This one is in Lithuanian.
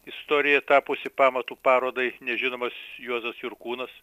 istorija tapusi pamatu parodai nežinomas juozas jurkūnas